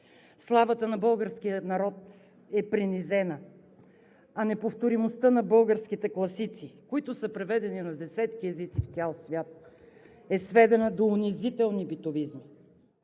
славата на българския народ е принизена, а неповторимостта на българските класици, които са преведени на десетки езици в цял свят, е сведена до унизителни битовизми.